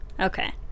okay